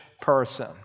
person